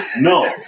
No